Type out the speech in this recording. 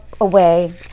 away